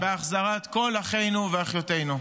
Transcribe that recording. -- בהחזרת כל אחינו ואחיותינו.